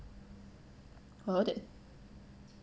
worth it